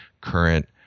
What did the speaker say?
current